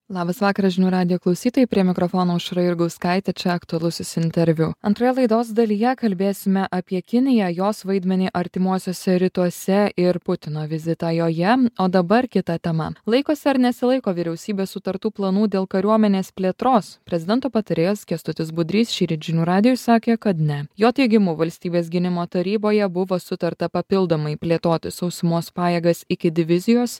labas vakaras žinių radijo klausytojai prie mikrofono aušra jurgauskaitė čia aktualusis interviu antroje laidos dalyje kalbėsime apie kiniją jos vaidmenį artimuosiuose rytuose ir putino vizitą joje o dabar kita tema laikosi ar nesilaiko vyriausybė sutartų planų dėl kariuomenės plėtros prezidento patarėjas kęstutis budrys šįryt žinių radijui sakė kad ne jo teigimu valstybės gynimo taryboje buvo sutarta papildomai plėtoti sausumos pajėgas iki divizijos